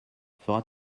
fera